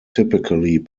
typically